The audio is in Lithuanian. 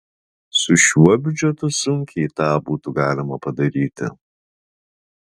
su šiuo biudžetu sunkiai tą būtų galima padaryti